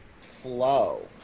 flow